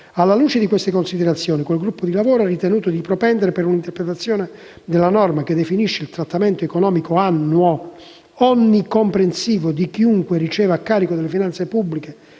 Alla luce di tali considerazioni, il gruppo di lavoro ha ritenuto di propendere per un'interpretazione della norma che definisce il trattamento economico annuo onnicomprensivo di chiunque riceva a carico delle finanze pubbliche